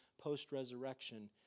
post-resurrection